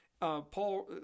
Paul